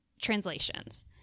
translations